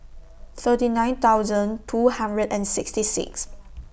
thirty nine thousand two hundred and sixty six